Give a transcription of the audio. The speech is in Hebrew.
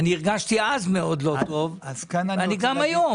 אני הרגשתי אז מאוד לא טוב, וגם היום.